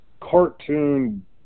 cartoon